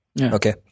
Okay